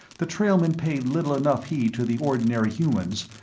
the trailmen paid little enough heed to the ordinary humans,